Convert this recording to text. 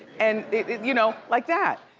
and you know? like that.